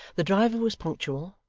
the driver was punctual,